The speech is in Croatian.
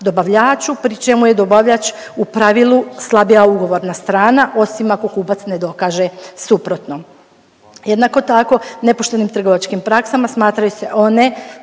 pri čemu je dobavljač u pravilu slabija ugovorna strana, osim ako kupac ne dokaže suprotno. Jednako tako, nepoštenim trgovačkim praksama smatraju se one